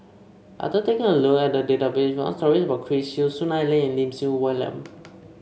after taking a look at the database we found stories about Chris Yeo Soon Ai Ling and Lim Siew Wai William